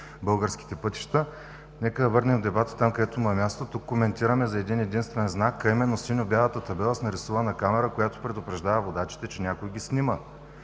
българските пътища. Нека върнем дебата там, където му е мястото – коментираме за един-единствен знак, а именно синьо-бялата табела с нарисувана камера, която предупреждава водачите, че някой ги снима.